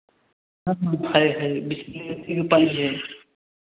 हाँ है है बिस्लेरी का पानी है